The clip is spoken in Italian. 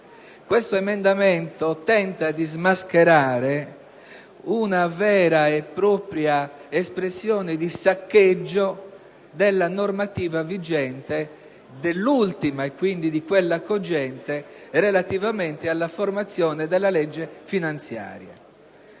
intrusa, ma tenta di smascherare una vera e propria espressione di saccheggio dell'ultima normativa vigente, e quindi di quella cogente, relativamente alla formazione della legge finanziaria.